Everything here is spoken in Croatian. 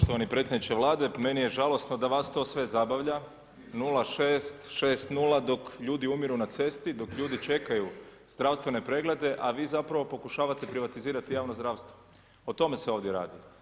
Poštovani predsjedniče Vlade, pa meni je žalosno da vas sve to zabavlja, 0:6, 6:0, dok ljudi umiru na cesti, dok ljudi čekaju zdravstvene preglede a vi zapravo pokušavate privatizirati javno zdravstvo, o tome se ovdje radi.